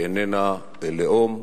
היא איננה לאום,